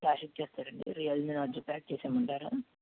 cash ఇచ్చేస్తారా అండి Realme Narzo pack చేసెయ్యమంటారా